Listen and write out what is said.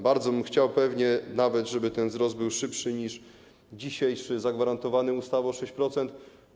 Bardzo bym chciał pewnie nawet, żeby ten wzrost był szybszy niż dzisiejszy, zagwarantowany ustawą, 6-procentowy.